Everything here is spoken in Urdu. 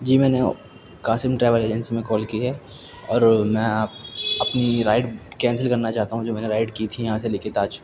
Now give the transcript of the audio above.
جی میں نے قاسم ٹریول ایجنسی میں کال کی ہے اور میں اپنی رائڈ کینسل کرنا چاہتا ہوں جو میں نے رائڈ کی تھی یہاں سے لے کے تاج